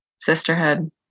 sisterhood